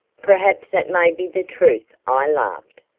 perhaps that may be the truth, i laughed.